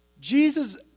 Jesus